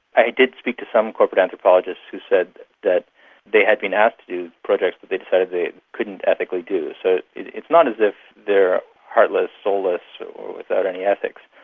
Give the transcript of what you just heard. i did speak to some corporate anthropologists who said that they had been asked to do projects that they decided they couldn't ethically do. so it's not as if they are heartless, soulless or without any ethics.